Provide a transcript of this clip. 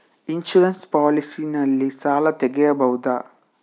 Insurance policy ನಲ್ಲಿ ಸಾಲ ತೆಗೆಯಬಹುದ?